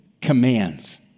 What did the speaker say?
commands